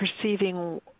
perceiving